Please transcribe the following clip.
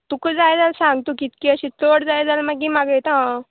तुका जाय जाल्या सांग तूं कितकी अशी चड जाय जाल्या मागीर मागयता हांव